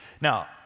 Now